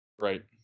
Right